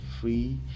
free